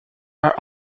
are